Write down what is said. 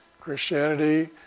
Christianity